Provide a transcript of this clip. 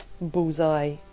bullseye